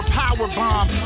powerbomb